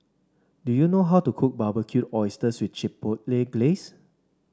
do you know how to cook Barbecued Oysters with Chipotle Glaze